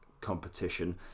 competition